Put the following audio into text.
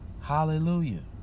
Hallelujah